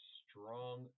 strong